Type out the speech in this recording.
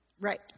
Right